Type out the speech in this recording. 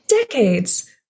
decades